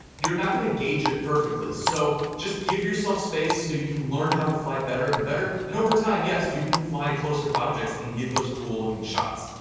you're not gonna gauge it perfectly. so just give yourself space so you can learn how to fly better and better, and over time, yes, you can fly closer to objects and get those cool-looking shots.